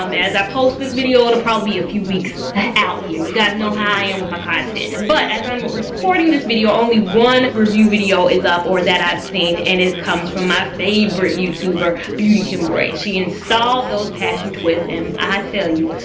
um as i post this video it'll probably be few weeks out here. you guys know how i am and with my content but as i'm recording this video only one review video is up or that i've seen and it comes from my favorite youtuber beautycanbraid. she installed those passion twists and i tell you.